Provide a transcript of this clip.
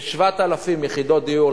כ-7,000 יחידות דיור.